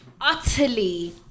utterly